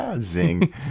Zing